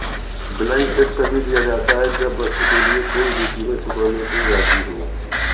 blank cheque तभी दिया जाता है जब वस्तु के लिए कोई भी कीमत चुकाने को राज़ी हो